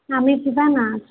ଆମେ ଯିବା ନା